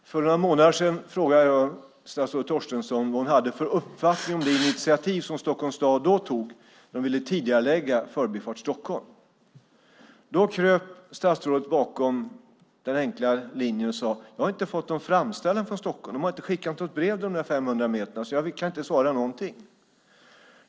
Herr talman! För några månader sedan frågade jag statsrådet Torstensson vad hon hade för uppfattning om det initiativ som Stockholms stad då tog. De ville tidigarelägga Förbifart Stockholm. Då kröp statsrådet bakom den enkla linjen och sade: Jag har inte fått någon framställan från Stockholm. De har inte skickat något brev de 500 meterna, så jag kan inte svara på någonting.